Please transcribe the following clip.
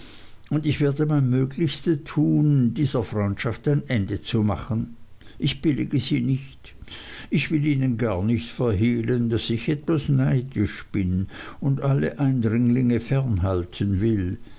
und ich werde mein möglichstes tun dieser freundschaft ein ende zu machen ich billige sie nicht ich will ihnen gar nicht verhehlen daß ich etwas neidisch bin und alle eindringlinge fern halten will